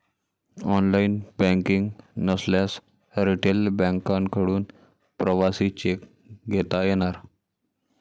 online banking नसल्यास retail बँकांकडून प्रवासी चेक घेता येणार